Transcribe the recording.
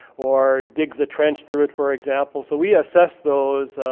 or digs a trench through it, for example. so we assess those,